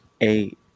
Eight